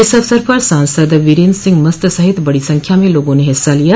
इस अवसर पर सांसद वीरेन्द्र सिंह मस्त सहित बड़ी संख्या में लोगों ने हिस्सा लिया